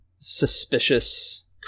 suspicious